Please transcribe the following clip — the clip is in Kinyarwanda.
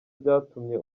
byatumye